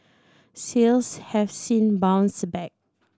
sales have since bounced back